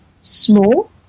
small